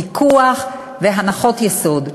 פיקוח והנחות יסוד.